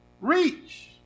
reach